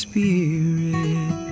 Spirit